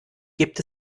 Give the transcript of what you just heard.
gibt